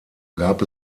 gab